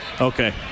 Okay